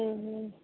हुँ हुँ